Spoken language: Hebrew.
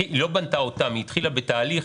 היא לא בנתה אותן, היא התחילה בתהליך.